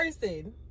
person